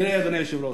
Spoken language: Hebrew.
אדוני היושב-ראש,